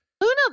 Luna